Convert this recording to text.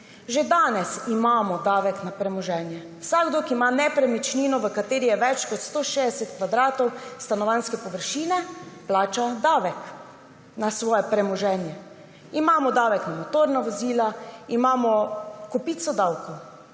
Že danes imamo davek na premoženje. Vsakdo, ki ima nepremičnino, v kateri je več kot 160 kvadratov stanovanjske površine, plača davek na svoje premoženje. Imamo davek na motorna vozila, imamo kopico davkov,